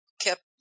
kept